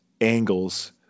angles